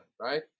right